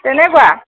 তেনেকুৱা